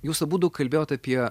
jūs abudu kalbėjot apie